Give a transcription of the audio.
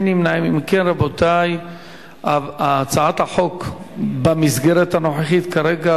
את הצעת חוק איסור השקעה בתאגידים המקיימים קשר עסקי עם אירן (תיקון,